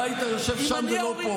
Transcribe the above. אתה היית יושב שם ולא פה.